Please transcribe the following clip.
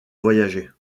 voyager